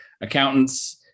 accountants